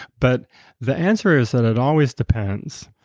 but the answer is that it always depends.